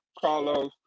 Carlos